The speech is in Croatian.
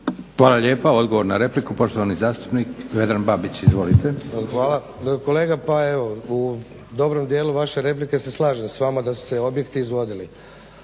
Hvala lijepa. Odgovor na repliku, poštovani zastupnik Vedran Babić. Izvolite. **Babić, Vedran (SDP)** Hvala. Kolega pa evo u dobrom dijelu vaše replike se slažem s vama da su se objekti izvodili,